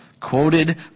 quoted